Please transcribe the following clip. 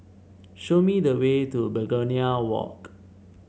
show me the way to Begonia Walk